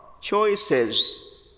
choices